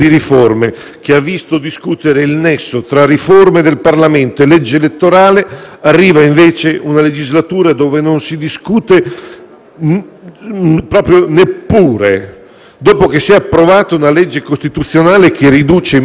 non si discute neppure, dopo che si è approvata una legge costituzionale che riduce in modo significativo il numero di parlamentari e che pone in modo inequivocabile il tema del rapporto con la legge elettorale.